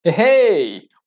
Hey